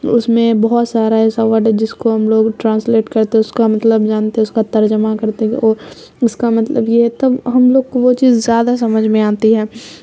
اس میں بہت سارا ایسا ورڈ ہے جس کو ہم لوگ ٹرانسلیٹ کرتے اس کا مطلب جانتے اس کا ترجمہ کرتے کہ وہ اس کا مطلب یہ تب ہم لوگ کو وہ چیز زیادہ سمجھ میں آتی ہے